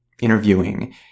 interviewing